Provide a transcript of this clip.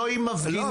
לא עם מפגינים --- לא,